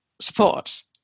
supports